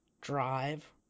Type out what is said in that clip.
drive